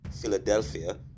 Philadelphia